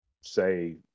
say